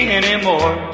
anymore